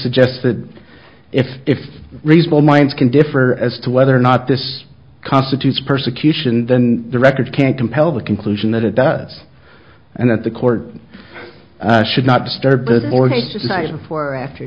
suggest that if if reasonable minds can differ as to whether or not this constitutes persecution then the record can compel the conclusion that it does and that the court should not disturb or cases before or after